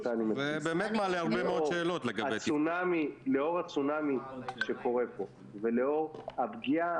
לאור הצונאמי שקורה פה ולאור הפגיעה